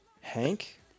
Hank